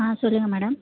ஆ சொல்லுங்க மேடம்